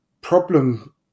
problem